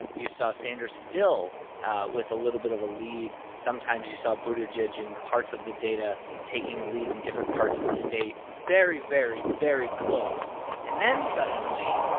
you saw sanders still with a little bit of a lead. sometimes you saw buttigieg in parts of the data taking a lead in different parts of the state very, very, very close and then, suddenly,